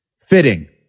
fitting